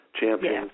champions